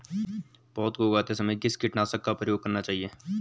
पौध को उगाते समय किस कीटनाशक का प्रयोग करना चाहिये?